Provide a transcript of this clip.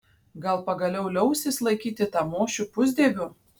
gal pagaliau liausis laikyti tamošių pusdieviu